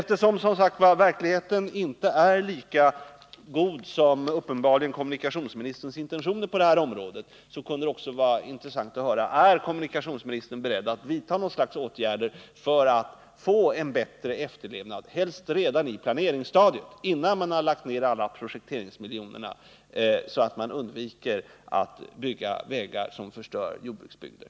Eftersom verkligheten inte är lika god som kommunikationsministerns intentioner på det här området uppenbarligen är kunde det vara intressant att få höra: Är kommunikationsministern beredd att vidta några åtgärder för att få till stånd en bättre efterlevnad — helst redan på planeringsstadiet, innan man lagt ner alla projekteringsmiljoner — så att man undviker att bygga vägar som förstör jordbruksbygder?